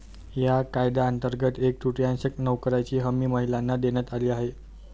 या कायद्यांतर्गत एक तृतीयांश नोकऱ्यांची हमी महिलांना देण्यात आली आहे